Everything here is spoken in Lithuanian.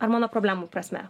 ar mano problemų prasme